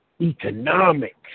economic